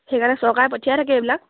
সেইকাৰণে চৰকাৰ পঠিয়াই থাকে এইবিলাক